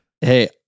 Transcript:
Hey